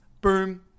Boom